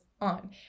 on